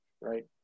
right